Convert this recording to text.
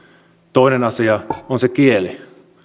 toinen asia on kieli